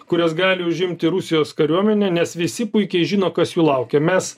kurias gali užimti rusijos kariuomenė nes visi puikiai žino kas jų laukia mes